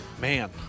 Man